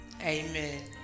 Amen